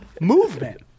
movement